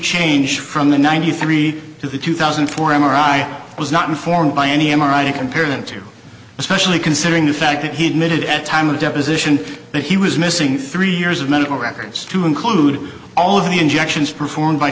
change from the ninety three to the two thousand and four m r i was not informed by any m r i to compare him to especially considering the fact that he admitted at a time of deposition that he was missing three years of medical records to include all of the injections performed by